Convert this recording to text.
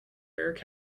erik